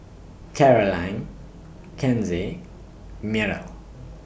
Carolyn Kenzie Myrtle